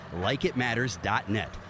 LikeItMatters.net